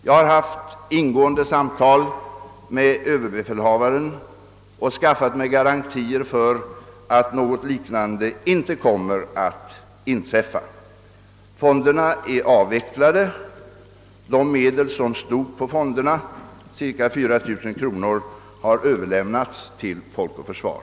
Jag har haft ingående samtal med överbefälhavaren och skaffat mig garantier för att något liknande inte kommer att inträffa. Fonderna är avvecklade, de medel som stod kvar av fonderna, c:a 4 000 kronor, har överlämnats till Folk och Försvar.